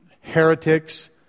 heretics